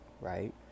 right